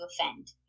offend